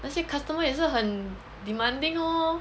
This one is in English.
那些 customer 也是很 demanding lor